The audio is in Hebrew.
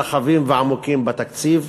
רחבים ועמוקים בתקציב,